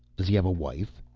does he have a wife?